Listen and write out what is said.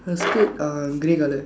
her skirt uh grey colour